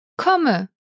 komme